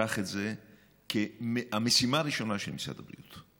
קח את זה כמשימה הראשונה של משרד הבריאות.